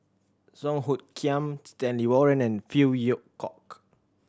Song Hoot Kiam Stanley Warren and Phey Yew Kok